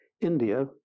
India